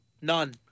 None